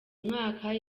mwaka